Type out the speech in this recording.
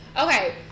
Okay